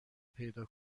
پیدا